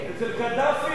אצל קדאפי.